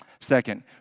Second